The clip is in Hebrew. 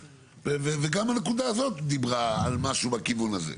וגם הנוקדה הזאת דיברה על משהו בכיוון הזה.